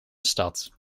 stad